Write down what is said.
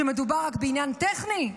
שמדובר רק בעניין טכני?